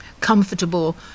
comfortable